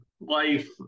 life